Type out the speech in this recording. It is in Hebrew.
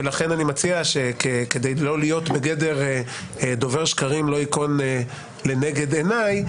ולכן אני מציע שכדי לא להיות בגדר דובר שקרים לא ייכון לנגד עיני,